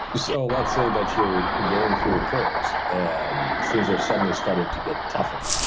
so let's say that you're going through your curls, and things are suddenly starting to get tougher.